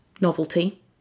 novelty